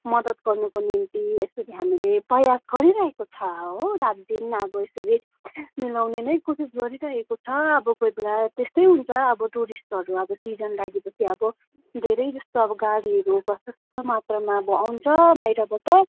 मद्दत गर्नुको निम्ति यस्तो हामीले प्रयास गरिराखेको छ हो रात दिन अब यसरी मिलाउने नै कोसिस गरिरहेको छ अब कोही बेला त्यस्तै हुन्छ अब टुरिस्टहरू अब सिजन लागेपछि अब धेरैजस्तो अब गाडीहरू प्रशस्त मात्रामा अब आउँछ बाहिरबाट